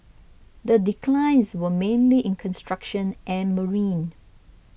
the declines were mainly in construction and marine